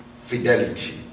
fidelity